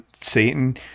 Satan